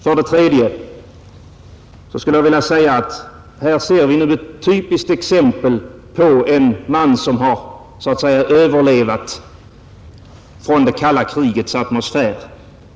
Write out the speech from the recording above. För det tredje skulle jag vilja säga att vi nu här ser ett typiskt exempel på en man som har så att säga överlevt från det kalla krigets atmosfär.